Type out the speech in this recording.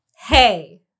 Hey